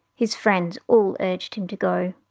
his friends all urged him to go,